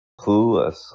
clueless